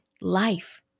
life